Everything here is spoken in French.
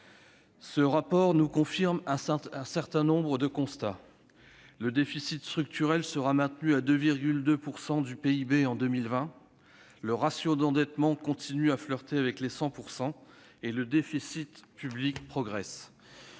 pays. Il nous confirme un certain nombre de constats. Le déficit structurel sera maintenu à 2,2 % du PIB en 2020 ;le ratio d'endettement continue de flirter avec les 100 %; le déficit public progresse.